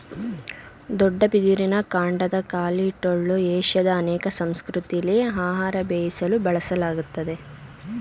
ದೊಡ್ಡ ಬಿದಿರಿನ ಕಾಂಡದ ಖಾಲಿ ಟೊಳ್ಳು ಏಷ್ಯಾದ ಅನೇಕ ಸಂಸ್ಕೃತಿಲಿ ಆಹಾರ ಬೇಯಿಸಲು ಬಳಸಲಾಗ್ತದೆ